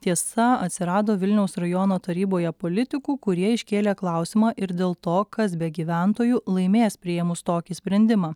tiesa atsirado vilniaus rajono taryboje politikų kurie iškėlė klausimą ir dėl to kas be gyventojų laimės priėmus tokį sprendimą